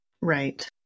Right